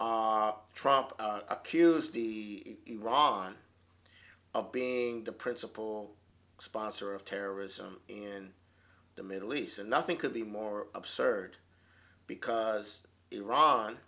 trump accused the iran of being the principal sponsor of terrorism in the middle east and nothing could be more absurd because iran